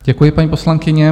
Děkuji, paní poslankyně.